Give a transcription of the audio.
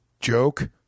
joke